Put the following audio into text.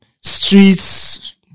streets